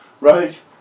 right